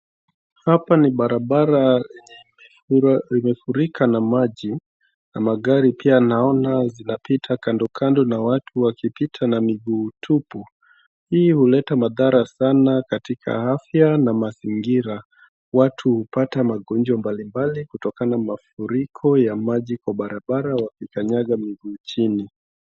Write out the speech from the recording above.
Hapa ni barabara yenye imefurika na maji na magri pia naona zinapita kando kando na watu wakipita miguu tupu. Hii huleta madhara sana katika afya na mazingira watu hupata magonjwa mbali mbali kutoka na mafuriko ya maji kwa barabara wakikanyaga miguu chini.